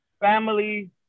family